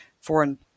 foreign